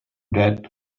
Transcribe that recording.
that